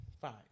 fine